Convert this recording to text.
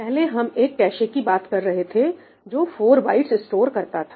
पहले हम एक ऐसे कैशे की बात कर रहे थे जो 4 बाइट्स स्टोर करता था